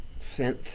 synth